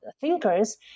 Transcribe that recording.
thinkers